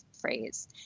phrase